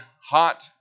hot